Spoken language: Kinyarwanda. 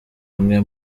umwe